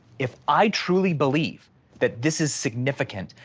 if i truly believe that this is significant,